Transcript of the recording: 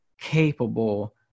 capable